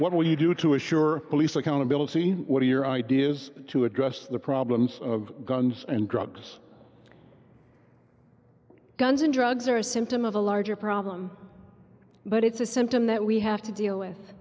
betsy hart what will you do to assure police accountability what are your ideas to address the problems of guns and drugs guns and drugs are a symptom of the larger problem but it's a symptom that we have to deal with